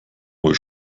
wohl